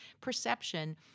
perception